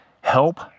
help